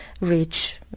rich